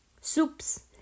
soups